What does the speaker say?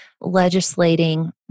legislating